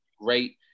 Great